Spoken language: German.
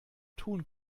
tun